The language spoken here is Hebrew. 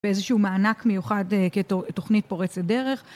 באיזשהו מענק מיוחד כתוכנית פורצת דרך.